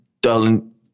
darling